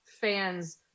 fans